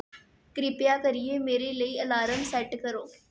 किरपा करियै मेरे लेई अलार्म सैट्ट करो